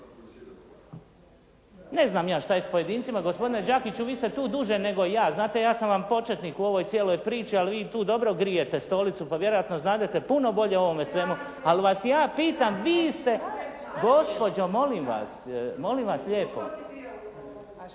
Ne znam ja šta je sa pojedincima. Gospodine Đakiću, vi ste tu duže nego ja. Znate, ja sam vam početnik u ovoj cijeloj priči, ali vi tu dobro grijete stolicu, pa vjerojatno znadete puno bolje o ovome svemu. Ali vas ja pitam vi ste, gospođo molim vas. Molim vas lijepo!